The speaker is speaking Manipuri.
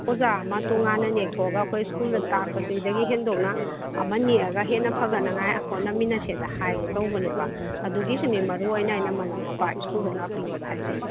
ꯑꯣꯖꯥ ꯑꯃ ꯇꯣꯉꯥꯟꯅ ꯅꯦꯛꯊꯣꯛꯑꯒ ꯑꯩꯈꯣꯏ ꯁ꯭ꯀꯨꯜꯗ ꯇꯥꯛꯄꯁꯤꯗꯒꯤ ꯍꯦꯟꯗꯣꯛꯅ ꯑꯃ ꯅꯦꯛꯑꯒ ꯍꯦꯟꯅ ꯐꯒꯠꯅꯉꯥꯏ ꯍꯣꯠꯅꯃꯤꯅꯁꯤꯅ ꯍꯥꯏꯒꯦ ꯇꯧꯕꯅꯦꯕ ꯑꯗꯨꯒꯤꯁꯨꯅꯦ ꯃꯔꯨ ꯑꯣꯏꯅ ꯑꯩꯅ ꯃꯃꯥ ꯃꯄꯥ ꯁ꯭ꯀꯨꯜꯗ ꯂꯥꯛꯄꯤꯌꯣꯅ ꯍꯥꯏꯁꯦ